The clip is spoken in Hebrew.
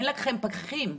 אין לכם פקחים.